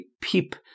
peep